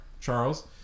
Charles